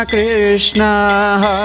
Krishna